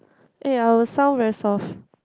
eh our sound very soft